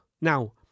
Now